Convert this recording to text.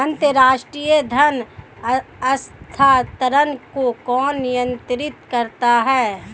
अंतर्राष्ट्रीय धन हस्तांतरण को कौन नियंत्रित करता है?